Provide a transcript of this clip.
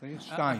צריך שניים.